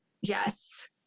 yes